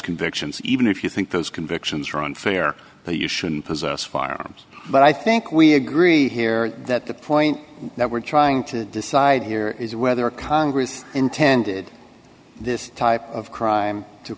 convictions even if you think those convictions are unfair that you shouldn't possess firearms but i think we agree here that the point that we're trying to decide here is whether congress intended this type of crime to